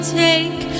take